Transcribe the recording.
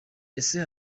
ese